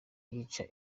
yica